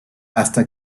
hasta